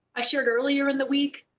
i shared earlier in the week,